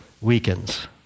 weakens